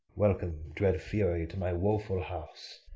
welcome, dread fury, to my woeful house.